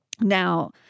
Now